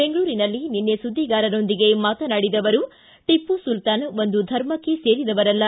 ಬೆಂಗಳೂರಿನಲ್ಲಿ ನಿನ್ನೆ ಸುದ್ದಿಗಾರರೊಂದಿಗೆ ಮಾತನಾಡಿದ ಅವರು ಟಿಪ್ಪು ಸುಲ್ತಾನ್ ಒಂದು ಧರ್ಮಕ್ಕೆ ಸೇರಿದವರಲ್ಲ